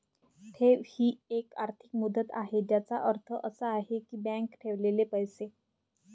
ठेव ही एक आर्थिक मुदत आहे ज्याचा अर्थ असा आहे की बँकेत ठेवलेले पैसे